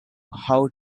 how